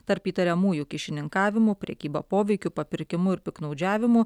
tarp įtariamųjų kyšininkavimu prekyba poveikiu papirkimu ir piktnaudžiavimu